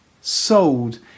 sold